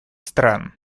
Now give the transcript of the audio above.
стран